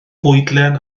fwydlen